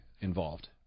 involved